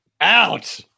Out